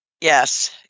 Yes